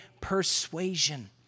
persuasion